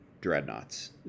Dreadnoughts